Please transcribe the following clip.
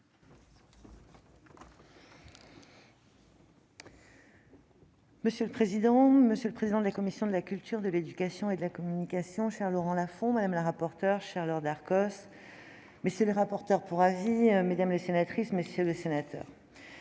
Monsieur le président, monsieur le président de la commission de la culture, de l'éducation et de la communication, cher Laurent Lafon, madame la rapporteure, chère Laure Darcos, messieurs les rapporteurs pour avis, mesdames les sénatrices, messieurs les sénateurs,